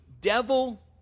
devil